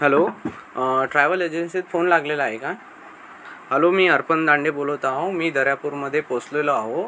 hello travel एजन्सीत phone लागलेला आहे का हॅलो मी अर्पन दांडे बोलतं आहे मी दर्यापूरमध्ये पोचलेलो आहे